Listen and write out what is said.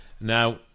now